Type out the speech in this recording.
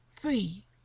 free